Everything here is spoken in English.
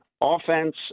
offense